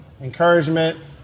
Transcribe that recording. encouragement